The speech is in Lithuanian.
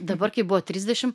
dabar kai buvo trisdešim